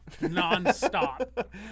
non-stop